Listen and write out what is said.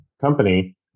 company